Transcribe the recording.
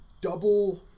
double